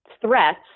threats